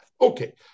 Okay